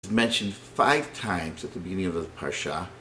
‫מוזכר חמש פעמים ‫במהלך הפרשה.